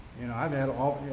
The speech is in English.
and i've had all